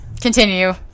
Continue